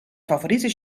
favoriete